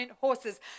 horses